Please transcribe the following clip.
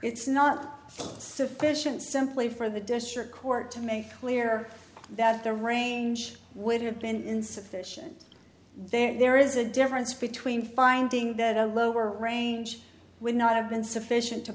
it's not sufficient simply for the district court to make clear that the range would have been insufficient there is a difference between finding that a lower range would not have been sufficient to